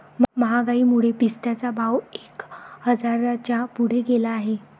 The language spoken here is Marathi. महागाईमुळे पिस्त्याचा भाव एक हजाराच्या पुढे गेला आहे